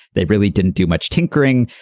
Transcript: they really didn't do much tinkering.